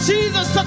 Jesus